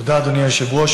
תודה, אדוני היושב-ראש.